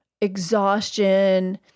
exhaustion